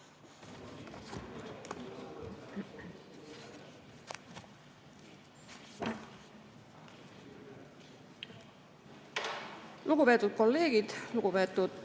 Lugupeetud kolleegid! Lugupeetud